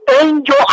angel